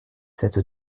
cette